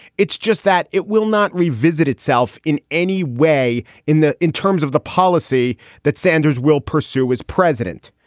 it's just that it will not revisit itself in any way in the in terms of the policy that sanders will pursue as president.